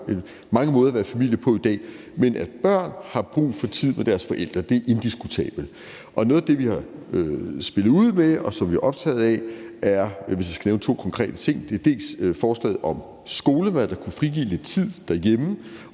mange måder at være familie på i dag. Men at børn har brug for tid med deres forældre, er indiskutabelt, og noget af det, vi har spillet ud med, og som vi er optaget af, er, hvis jeg skal nævne to konkrete ting, forslaget om skolemad, der kunne frigive lidt tid derhjemme